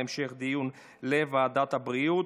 הטרומית ותועבר להמשך דיון לוועדת הבריאות.